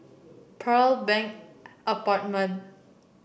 Pearl Bank Apartment